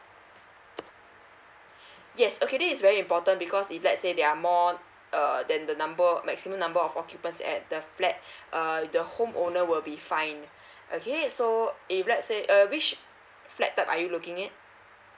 yes okay this is very important because if let's say they are more err than the number maximum number of occupants at the flat uh the home owner will be fined okay so uh if let's say a which flat type uh are you looking at